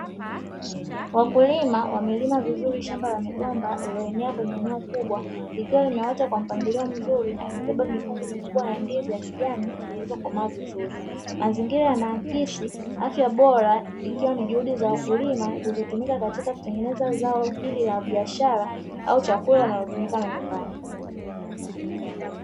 Wakulima wamelima vizuri shamba la migomba iliyoenea kwenye eneo kubwa, likiwa limeota kwa mpangilio mzuri na imebeba mikungu mikubwa ya ndizi ya kijani na zilizokomaa vizuri. Mazingira yanaakisi afya bora, ikiwa ni judi za wakulima zilizotumika katika kutengeneza zao hili la biashara au chakula linalotumika nyumbani.